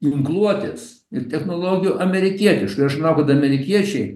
ginkluotės ir technologijų amerikietiškų ir aš manau kad amerikiečiai